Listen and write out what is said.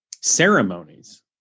ceremonies